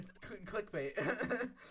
clickbait